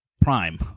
Prime